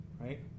right